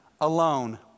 alone